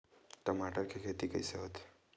टमाटर के खेती कइसे होथे?